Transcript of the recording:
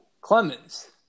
Clemens